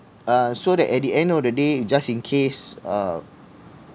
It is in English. uh so that at the end of the day just in case uh